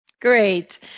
Great